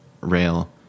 rail